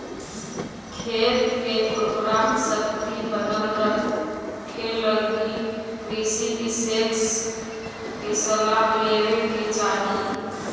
खेत के उर्वराशक्ति बनल रखेलगी कृषि विशेषज्ञ के सलाह लेवे के चाही